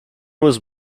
was